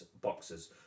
boxes